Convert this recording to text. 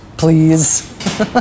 Please